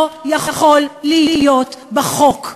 לא יכולים להיות במסגרת החוק.